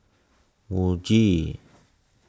Muji